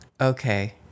okay